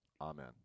Amen